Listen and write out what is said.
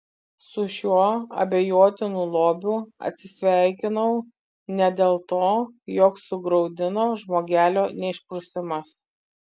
su šiuo abejotinu lobiu atsisveikinau ne dėl to jog sugraudino žmogelio neišprusimas